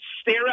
stare